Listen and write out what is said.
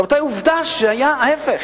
רבותי, עובדה שהיה ההיפך,